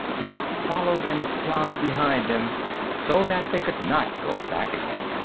yet followed in a crowd behind them so that they could not go back again.